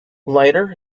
lighter